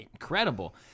incredible